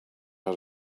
out